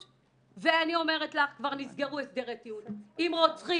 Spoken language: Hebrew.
ואני אומרת לך, כבר נסגרו הסדרי טיעון עם רוצחים